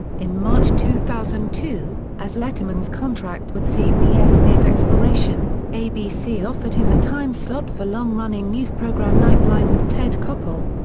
in march two thousand and two, as letterman's contract with cbs neared expiration, abc offered him the time slot for long-running news program nightline with ted koppel.